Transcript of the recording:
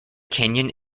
canyon